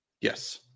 Yes